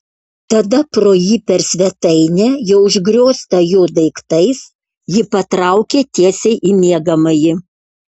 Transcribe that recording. tada pro jį per svetainę jau užgrioztą jo daiktais ji patraukė tiesiai į miegamąjį